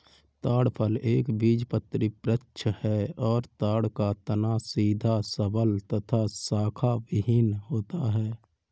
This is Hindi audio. ताड़ फल एक बीजपत्री वृक्ष है और ताड़ का तना सीधा सबल तथा शाखाविहिन होता है